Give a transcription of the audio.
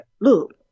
Look